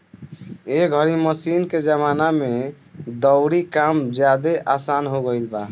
एह घरी मशीन के जमाना में दउरी के काम ज्यादे आसन हो गईल बा